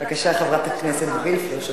חברת הכנסת וילף, בבקשה.